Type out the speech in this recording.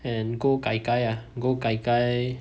and go kai-kai ah go kai-kai